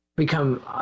become